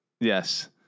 Yes